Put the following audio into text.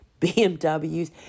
BMWs